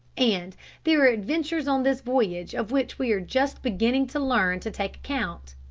and there are adventures on this voyage of which we are just beginning to learn to take account.